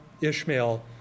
Ishmael